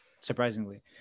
surprisingly